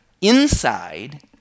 inside